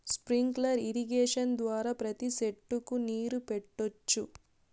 sprinkler irrigation ద్వారా ప్రతి సెట్టుకు నీరు పెట్టొచ్చు